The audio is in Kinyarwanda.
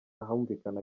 humvikana